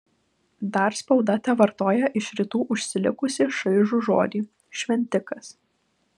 dar spauda tevartoja iš rytų užsilikusį šaižų žodį šventikas